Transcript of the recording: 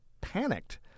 Panicked